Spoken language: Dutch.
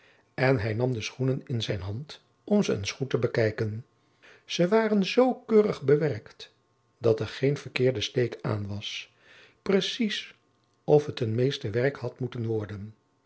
en hij nam de schoenen in zijn hand om ze eens goed te bekijken ze waren zoo keurig bewerkt dat er geen verkeerde steek aan was precies of het een meesterwerk had moeten worden